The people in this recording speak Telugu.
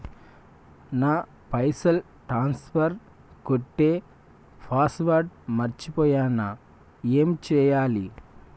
నా పైసల్ ట్రాన్స్ఫర్ కొట్టే పాస్వర్డ్ మర్చిపోయిన ఏం చేయాలి?